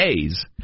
days